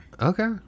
Okay